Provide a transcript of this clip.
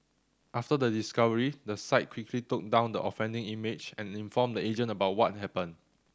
after the discovery the site quickly took down the offending image and informed the agent about what happened